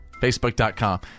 Facebook.com